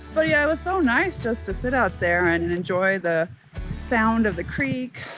but yeah, it was so nice just to sit out there and enjoy the sound of the creek.